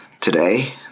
today